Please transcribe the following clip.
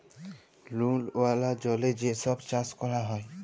লুল ওয়ালা জলে যে ছব চাষ ক্যরা হ্যয়